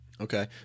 okay